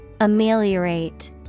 ameliorate